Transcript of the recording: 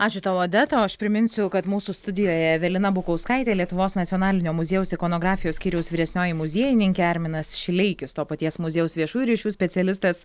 ačiū tau odeta o aš priminsiu kad mūsų studijoje evelina bukauskaitė lietuvos nacionalinio muziejaus ikonografijos skyriaus vyresnioji muziejininkė arminas šileikis to paties muziejaus viešųjų ryšių specialistas